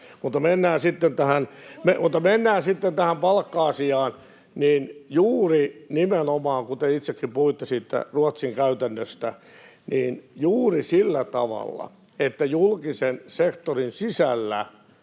Mutta mennään sitten tähän palkka-asiaan. Kuten itsekin puhuitte siitä Ruotsin käytännöstä, niin juuri sillä tavalla, että julkisen sektorin sisällä